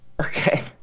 Okay